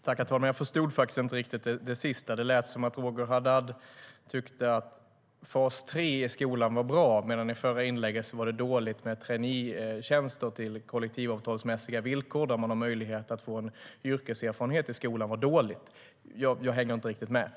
Herr talman! Jag förstod inte riktigt det sista. Det lät som att Roger Haddad tyckte att fas 3 i skolan var bra medan det i det förra inlägget var dåligt med traineetjänster på kollektivavtalsmässiga villkor där man har möjlighet att få yrkeserfarenhet i skolan. Jag hänger inte riktigt med.